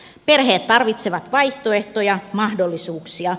perheet tarvitsevat vaihtoehtoja mahdollisuuksia